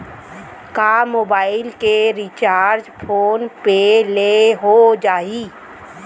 का मोबाइल के recharge phone पे ले हो जाही?